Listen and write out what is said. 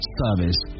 service